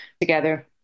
together